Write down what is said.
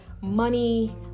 money